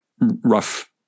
rough